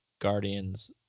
guardians